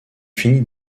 finit